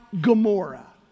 Gomorrah